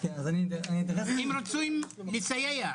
אם רוצים לסייע,